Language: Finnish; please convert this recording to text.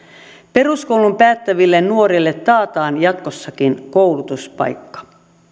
peruskoulun päättäville nuorille taataan jatkossakin koulutuspaikka